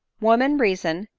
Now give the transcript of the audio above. women reason,